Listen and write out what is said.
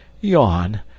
yawn